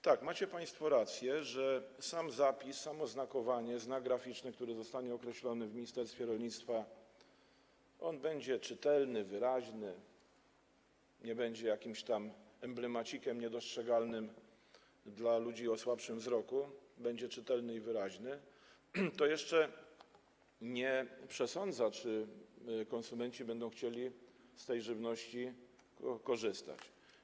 Tak, macie państwo rację, że sam zapis, samo znakowanie, znak graficzny, który zostanie określony w ministerstwie rolnictwa - on będzie czytelny, wyraźny, nie będzie to jakiś emblemacik niedostrzegalny dla ludzi o słabszym wzroku, będzie czytelny i wyraźny - jeszcze nie przesądza o tym, czy konsumenci będą chcieli z tej żywności korzystać.